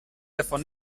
davon